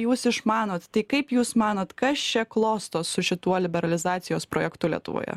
jūs išmanot tai kaip jūs manot kas čia klostos su šituo liberalizacijos projektu lietuvoje